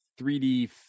3D